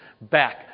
back